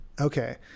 okay